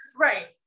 right